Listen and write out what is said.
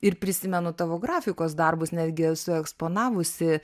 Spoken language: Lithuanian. ir prisimenu tavo grafikos darbus netgi esu eksponavusi